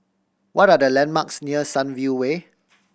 what are the landmarks near Sunview Way